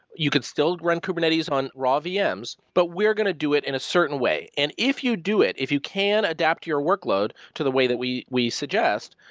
you could still run kubernetes on raw vms, but we're going to do it in a certain way. and if you do it, if you can adapt your workload to the way that we we suggest,